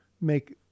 make